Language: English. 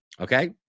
okay